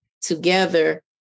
together